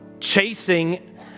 chasing